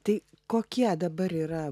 tai kokie dabar yra